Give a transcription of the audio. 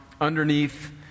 underneath